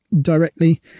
directly